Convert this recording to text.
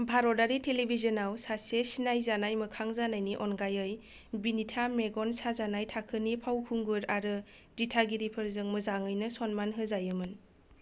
भारतारि टेलीविजनाव सासे सिनाय जानाय मोखां जानायनि अनगायै विनीता मेगन साजानाय थाखोनि फावखुंगुर आरो दिथागिरिफोरजों मोजाङैनो सनमान होजायोमोन